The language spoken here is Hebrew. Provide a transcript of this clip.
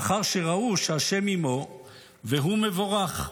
לאחר שראו שהשם עימו והוא מבורך.